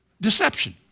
Deception